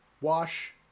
Wash